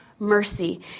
mercy